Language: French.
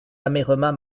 amèrement